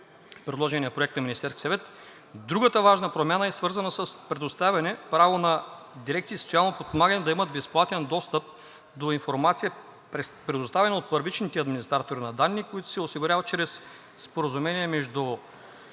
предложения законопроект на Министерския съвет. Другата важна промяна е свързана с предоставяне право на дирекции „Социално подпомагане“ да имат безплатен достъп до информация, предоставена от първичните администратори на данни, които се осигуряват чрез споразумение между